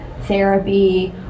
therapy